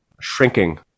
shrinking